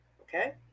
Okay